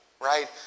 right